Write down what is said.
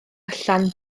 allan